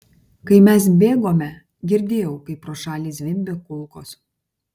kai mes bėgome girdėjau kaip pro šalį zvimbia kulkos